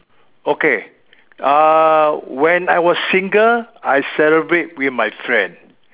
okay uh when I was single I celebrate with my friend